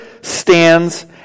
stands